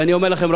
ואני אומר לכם,